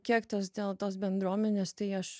kiek tos dėl tos bendruomenės tai aš